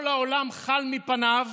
כל העולם חל מפניו